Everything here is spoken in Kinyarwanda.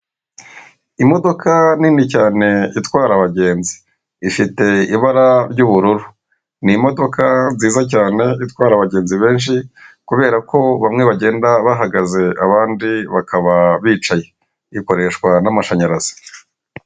Imodoka nini cyane itwara abagenzi ifite ibara ry'ubururu, ni imodoka nziza cyane itwara abagenzi benshi kubera ko bamwe bagenda bahagaze abandi bakaba bicaye, ikoreshwa n'amashanyarazi.